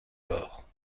bords